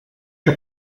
que